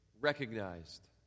recognized